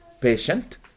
patient